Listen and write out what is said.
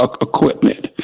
equipment